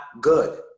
good